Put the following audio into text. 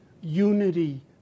unity